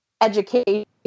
education